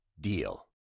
DEAL